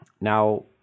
Now